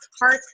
Heart